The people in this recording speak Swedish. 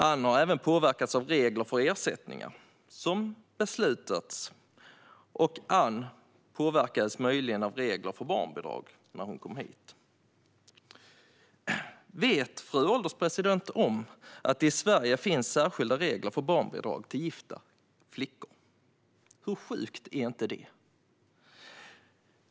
Ann har även påverkats av beslut om regler för ersättningar, och Ann påverkades möjligen av reglerna för barnbidrag när hon kom hit. Vet fru ålderspresident om att det i Sverige finns särskilda regler för barnbidrag till gifta flickor? Hur sjukt är inte det?